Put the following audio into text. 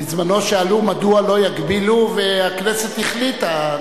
בזמנו שאלו: מדוע לא יגבילו, והכנסת החליטה.